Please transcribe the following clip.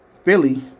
Philly